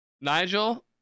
Nigel